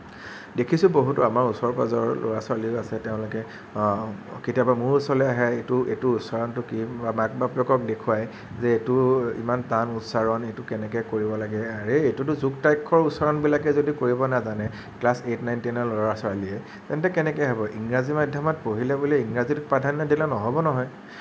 দেখিছোঁ বহুত আমাৰ ওচৰ পাজৰৰ ল'ৰা ছোৱালী আছে তেওঁলোকে কেতিয়াবা মোৰ ওচৰলৈ আহে এইটোৰ এইটোৰ উচ্চাৰণটো কি বা মাক বাপেকক দেখুৱায় যে এইটোৰ ইমান টান উচ্চৰণ এইটো কেনেকে কৰিব লাগে আৰে এইটোতো যুক্তাক্ষৰ উচ্চাৰণবিলাকেই যদি কৰিব নাজানে ক্লাচ এইট নাইন টেনৰ ল'ৰা ছোৱালীয়ে তেন্তে কেনেকে হ'ব ইংৰাজী মাধ্যমত পঢ়িলে বুলিয়েই ইংৰাজীটোক প্ৰাধান্য দিলে নহ'ব নহয়